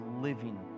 living